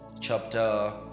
chapter